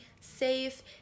safe